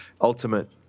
ultimate